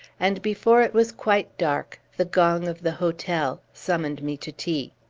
and before it was quite dark, the gong of the hotel summoned me to tea.